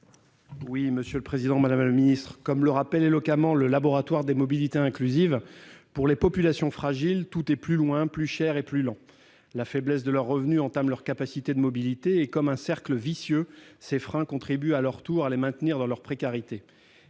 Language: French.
à M. Frédéric Marchand, sur l'article. Comme le rappelle éloquemment le laboratoire des mobilités inclusives, « pour les populations fragiles, tout est plus loin, plus cher et plus lent. [...] La faiblesse de leurs revenus entame leur capacité de mobilité. Et, comme un cercle vicieux, ces freins contribuent à leur tour à les maintenir dans leur précarité.